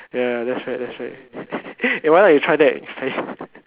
ya that's right that's right why not we try that